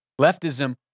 Leftism